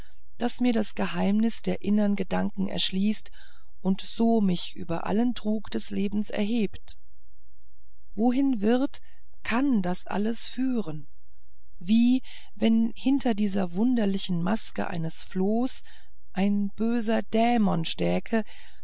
das mir das geheimnis der innern gedanken erschließt und so mich über allen trug des lebens erhebt wohin wird kann aber das alles führen wie wenn hinter dieser wunderlichen maske eines flohs ein böser dämon stäke